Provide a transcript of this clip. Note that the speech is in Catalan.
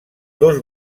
dos